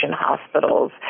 hospitals